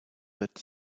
but